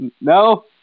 no